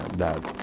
that